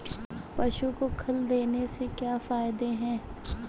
पशु को खल देने से क्या फायदे हैं?